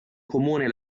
comune